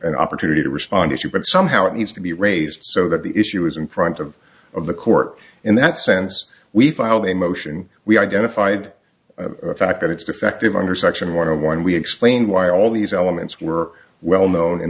an opportunity to respond to but somehow it needs to be raised so that the issue is in front of of the court in that sense we filed a motion we identified a fact that it's defective under section one hundred one we explained why all these elements were well known in